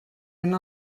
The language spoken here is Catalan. una